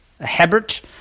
Hebert